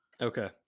Okay